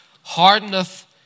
hardeneth